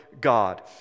God